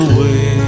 Away